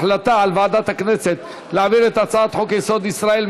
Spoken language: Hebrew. החלטה של ועדת הכנסת להעביר את הצעת חוק-יסוד: ישראל,